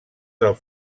del